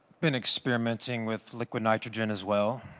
been experimenting with liquid nitrogen as well,